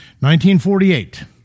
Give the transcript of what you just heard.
1948